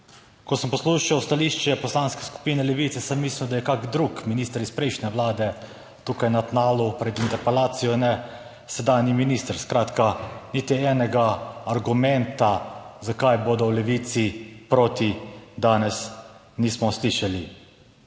18.45** (nadaljevanje) Poslanske skupine Levice, sem mislil, da je kak drug minister iz prejšnje Vlade tukaj na tnalu pred interpelacijo, ne sedanji minister. Skratka, niti enega argumenta, zakaj bodo v Levici proti, danes nismo slišali.